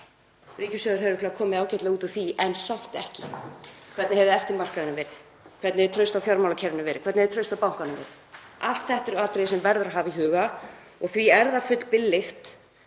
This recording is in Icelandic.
Ríkissjóður hefði örugglega komið ágætlega út úr því, en samt ekki. Hvernig hefði eftirmarkaðurinn verið? Hvernig hefði traust á fjármálakerfinu verið? Hvernig hefði traust á bönkunum verið? Allt eru þetta atriði sem verður að hafa í huga. Því er það fullbillegt